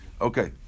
Okay